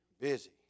Busy